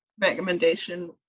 recommendation